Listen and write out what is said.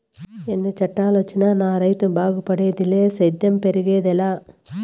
ఎన్ని చట్టాలొచ్చినా నా రైతు బాగుపడేదిలే సేద్యం పెరిగేదెలా